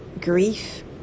grief